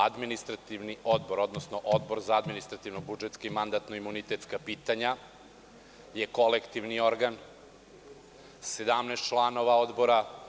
Administrativni odbor, odnosno Odbor za administrativno-budžetska i mandatno-imunitetska pitanja je kolektivni organ, 17 članova odbora.